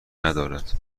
ندارد